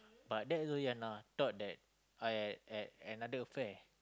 but that Zoeyana thought that I I I have another affair